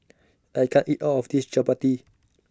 I can't eat All of This Chapati